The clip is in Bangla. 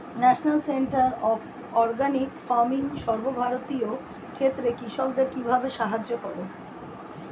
National centre of organic farming সর্বভারতীয় ক্ষেত্রে কৃষকদের কিভাবে সাহায্য করে?